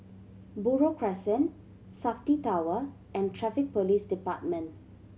Buroh Crescent Safti Tower and Traffic Police Department